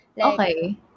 okay